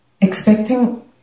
expecting